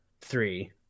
three